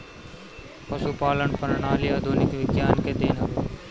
पशुपालन प्रणाली आधुनिक विज्ञान के देन हवे